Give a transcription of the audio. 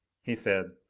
he said,